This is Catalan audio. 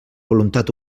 voluntat